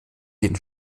den